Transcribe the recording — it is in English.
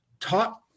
taught